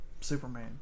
Superman